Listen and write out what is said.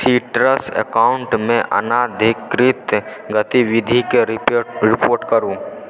citrus अकाउंटमे अनाधिकृत गतिविधिकेँ रिपोर्ट करू